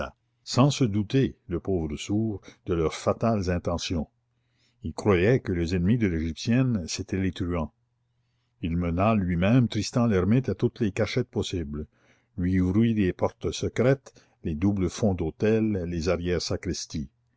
sans se douter le pauvre sourd de leurs fatales intentions il croyait que les ennemis de l'égyptienne c'étaient les truands il mena lui-même tristan l'hermite à toutes les cachettes possibles lui ouvrit les portes secrètes les doubles fonds d'autel les